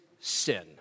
sin